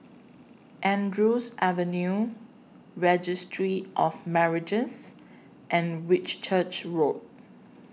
Andrews Avenue Registry of Marriages and Whitchurch Road